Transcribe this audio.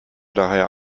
daher